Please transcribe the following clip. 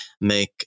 make